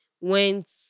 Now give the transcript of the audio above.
went